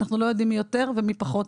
אנחנו לא יודעים מי יותר ומי פחות.